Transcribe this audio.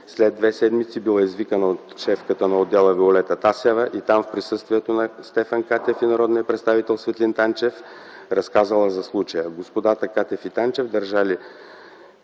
След две седмици била извикана от шефката на отдела Виолета Тасева и там в присъствието на Стефан Катев и народният представител Светлин Танчев разказала за случая. Господата Катев и Танчев по